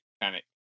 mechanic